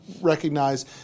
recognize